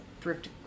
thrift